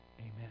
amen